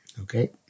Okay